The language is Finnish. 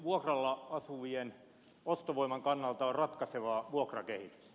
vuokralla asuvien ostovoiman kannalta on ratkaisevaa vuokrakehitys